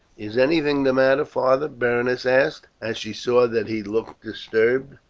is anything the matter, father? berenice asked, as she saw that he looked disturbed.